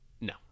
No